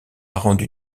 rendu